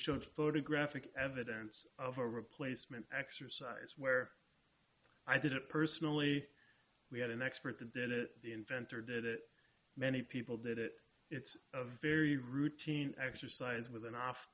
showed photographic evidence of a replacement exercise where i did it personally we had an expert that did it the inventor did it many people did it it's a very routine exercise with an off